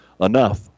enough